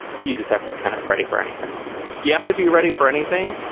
you just have to be kind of ready for anything you have to be ready for anything.